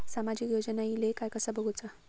सामाजिक योजना इले काय कसा बघुचा?